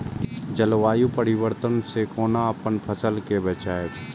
जलवायु परिवर्तन से कोना अपन फसल कै बचायब?